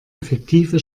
effektive